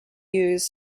use